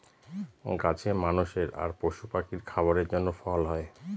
গাছে মানুষের আর পশু পাখির খাবারের জন্য ফল হয়